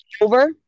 over